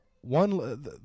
one